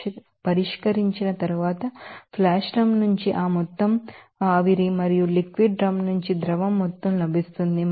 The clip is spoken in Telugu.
24 కు సమానం అవుతుంది మరియు పరిష్కరించిన తరువాత ఫ్లాష్ డ్రమ్ నుంచి ఆ మొత్తం ఆవిరి మరియు లిక్విడ్ డ్రమ్ నుంచి ద్రవ మొత్తం లభిస్తుంది